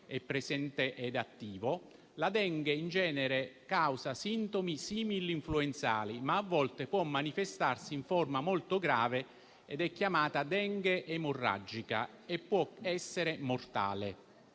è presente ed attivo. La Dengue in genere causa sintomi similinfluenzali, ma a volte può manifestarsi in forma molto grave: questa forma è chiamata Dengue emorragica e può essere mortale.